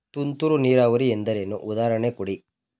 ತುಂತುರು ನೀರಾವರಿ ಎಂದರೇನು, ಉದಾಹರಣೆ ಕೊಡಿ?